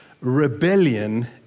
rebellion